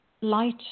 light